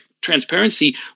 transparency